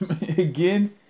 again